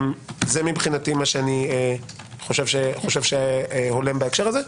זה מבחינתי מה שאני חושב שהולם בהקשר הזה.